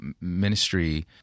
ministry